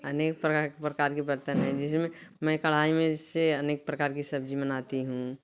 अनेक प्रकार प्रकार के बर्तन हैं जिसमें मैं कड़ाही में से अनेक प्रकार की सब्ज़ी बनाती हूँ